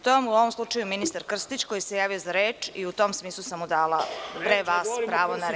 To je u ovom slučaju ministar Krstić koji se javio za reč i u tom smislu sam mu dala, pre vas, pravo na reč.